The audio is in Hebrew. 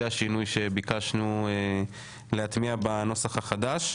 זה השינוי שביקשנו להטמיע בנוסח החדש.